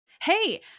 Hey